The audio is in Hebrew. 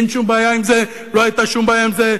אין שום בעיה עם זה, לא היתה שום בעיה עם זה.